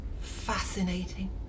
Fascinating